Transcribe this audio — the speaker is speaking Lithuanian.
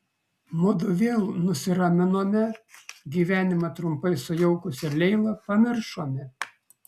mudu vėl nusiraminome gyvenimą trumpai sujaukusią leilą pamiršome